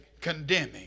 condemning